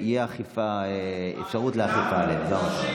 תהיה אפשרות לאכיפה עליהם, זה הכול.